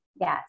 Yes